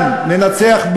אלה הנוצרים?